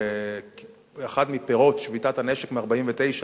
אחד מפירות שביתת הנשק מ-1949.